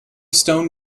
stone